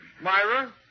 Myra